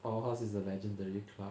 powerhouse is the legendary club